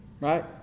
Right